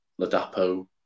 Ladapo